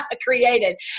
created